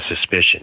suspicion